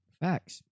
facts